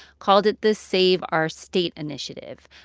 called it the save our state initiative.